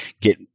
get